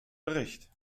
bericht